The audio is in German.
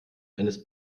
eines